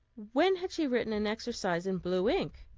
when had she written an exercise in blue ink?